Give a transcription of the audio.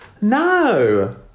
No